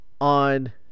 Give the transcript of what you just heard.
on